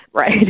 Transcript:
right